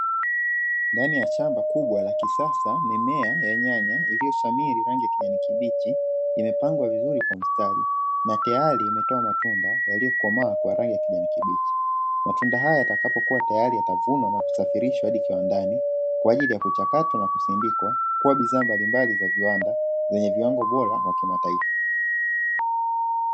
Ndani ya shamba kubwa la kisasa mimea ya nyanya iliyoshamiri rangi ya kijani kibichi imepangwa vizuri kwa mstari na tayari imetoa matunda yaliyokomaa kwa rangi ya kijani kibichi; matunda haya yatakapokuwa tayari yatavunwa na kusafirishwa hadi kiwandani kwa ajili ya kuchakatwa na kusindikwa kuwa bidhaa mbalimbali za viwanda zenye viwango bora vya kimataifa.